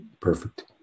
perfect